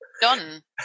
done